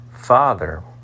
Father